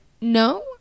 no